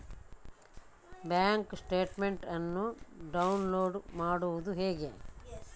Bank statement ಅನ್ನು download ಮಾಡುವುದು ಹೇಗೆ?